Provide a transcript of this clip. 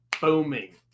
booming